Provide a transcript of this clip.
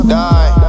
die